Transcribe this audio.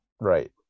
right